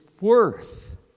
worth